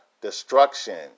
destruction